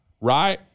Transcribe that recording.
right